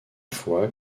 fois